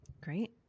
Great